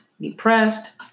depressed